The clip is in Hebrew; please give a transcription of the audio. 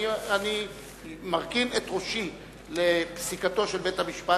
אני מרכין את ראשי לפני פסיקתו של בית-המשפט.